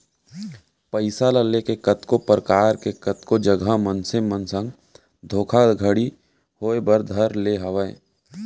पइसा ल लेके कतको परकार के कतको जघा मनसे मन संग धोखाघड़ी होय बर धर ले हावय